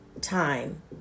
time